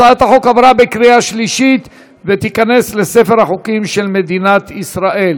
הצעת החוק עברה בקריאה שלישית ותיכנס לספר החוקים של מדינת ישראל.